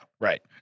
right